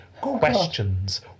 Questions